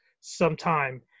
sometime